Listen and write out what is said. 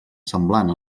semblant